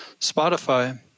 Spotify